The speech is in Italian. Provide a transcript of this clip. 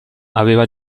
aveva